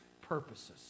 purposes